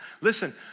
listen